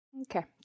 Okay